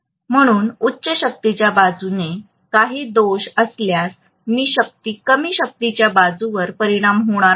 म्हणून उच्च शक्तीच्या बाजूने काही दोष असल्यास कमी शक्तीच्या बाजूवर परिणाम होणार नाही